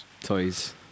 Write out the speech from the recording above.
toys